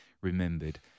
remembered